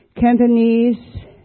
Cantonese